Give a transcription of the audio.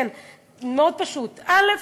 מאוד פשוט: א.